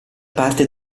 parte